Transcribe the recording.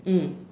mm